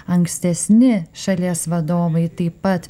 ankstesni šalies vadovai taip pat